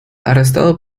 arrestado